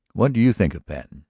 what do you think of patten?